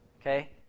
Okay